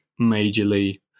majorly